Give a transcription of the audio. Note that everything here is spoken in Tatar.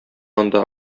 анда